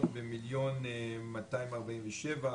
במיליון מאתיים ארבעים ושבע שקלים.